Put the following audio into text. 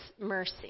mercy